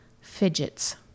fidgets